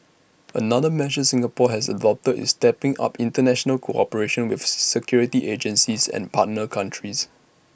another measure Singapore has adopted is stepping up International cooperation with security agencies and partner countries